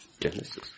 Genesis